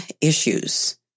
issues